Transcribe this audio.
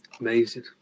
Amazing